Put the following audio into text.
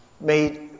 made